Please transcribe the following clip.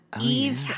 Eve